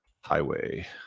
highway